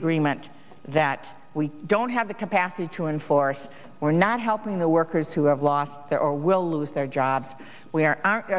agreement that we don't have the capacity to enforce we're not helping the workers who have lost their or will lose their jobs we're